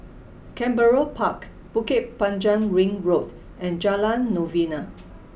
Canberra Park Bukit Panjang Ring Road and Jalan Novena